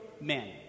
men